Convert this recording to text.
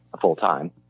full-time